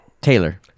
Taylor